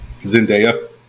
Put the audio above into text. Zendaya